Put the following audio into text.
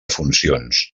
funcions